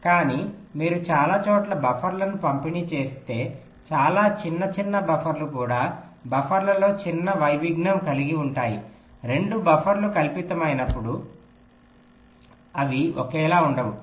కానీ మీరు చాలా చోట్ల బఫర్లను పంపిణీ చేస్తే చాలా చిన్న చిన్న బఫర్లు కూడా బఫర్లలో చిన్న వైవిఘ్నం కలిగి ఉంటాయి 2 బఫర్లు కల్పితమైనప్పుడు అవి ఒకేలా ఉండవు